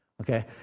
okay